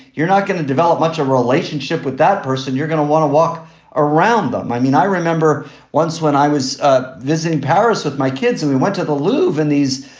you're not going to develop much a relationship with that person. you're going to want to walk around them. i mean, i remember once when i was ah visiting paris with my kids and we went to the louv, and these,